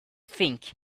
think